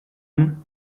again